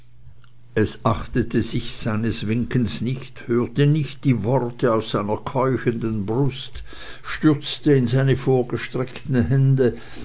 es achtete sich seines winkens nicht hörte nicht die worte aus seiner keuchenden brust stürzte in seine vorgestreckten hände